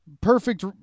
perfect